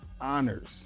honors